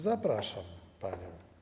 Zapraszam panią.